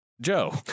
Joe